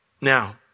Now